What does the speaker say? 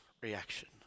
reaction